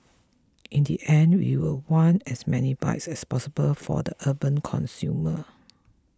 in the end we will want as many bikes as possible for the urban consumer